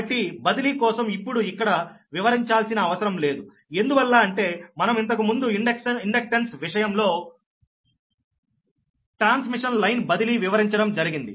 కాబట్టి బదిలీ కోసం ఇప్పుడు ఇక్కడ వివరించాల్సిన అవసరం లేదు ఎందువల్ల అంటే మనం ఇంతకుముందు ఇండక్టెన్స్ విషయంలో ట్రాన్స్మిషన్ లైన్ బదిలీ వివరించడం జరిగింది